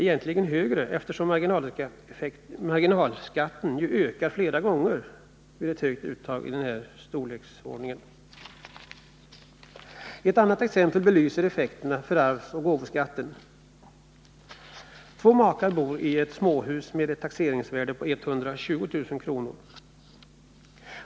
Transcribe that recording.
— egentligen högre, eftersom marginalskatten ju ökar flera gånger vid ett höjt uttag i denna storleksordning. Ett annat exempel belyser effekterna för arvsoch gåvoskatten: Två makar bor i ett småhus med ett taxeringsvärde på 120 000 kr.